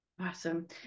Awesome